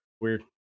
weird